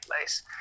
place